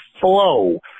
flow